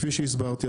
כפי שהסברתי,